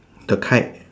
the kite